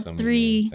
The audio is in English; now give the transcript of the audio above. three